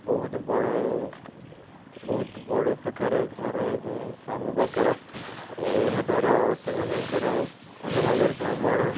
ବହୁତ ବଡ଼ ବହୁତ ବଡ଼ ପ୍ରକାର ଘର ଏବଂ ସ୍ଥାନ ଦରକାର ଏହାଦ୍ୱାରା ସେମାନଙ୍କର ଭଲ ଭାବରେ ଭ୍ରମଣ